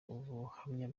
ubuhamya